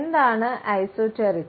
എന്താണ് എസോട്ടെറിക്